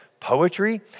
poetry